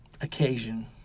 occasion